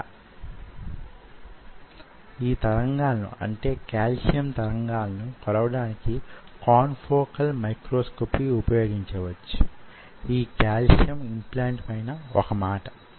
అది 200 మైక్రొన్ లు కావచ్చు 500 మైక్రోన్లు కావచ్చు లేదా నేను దాన్ని 100 మైక్రోన్ లు గా చేసాననుకుందాము